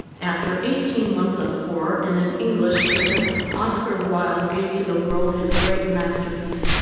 after eighteen months of horror in an english prison oscar wilde gave to the world his great masterpiece,